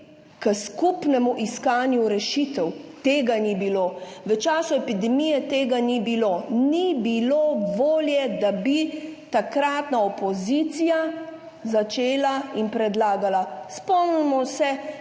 k skupnemu iskanju rešitev. Tega ni bilo, v času epidemije tega ni bilo. Ni bilo volje, da bi takratna opozicija začela in predlagala. Spomnimo se,